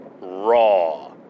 raw